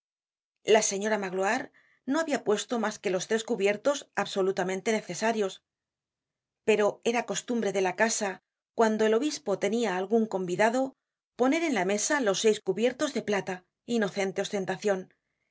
la señora magloire no habia puesto mas que los tres cubiertos absolutamente necesarios pero era costumbre de la casa cuando el obispo tenia algun convidado poner en la mesa los seis cubiertos de plata inocente ostentacion